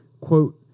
Quote